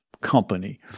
company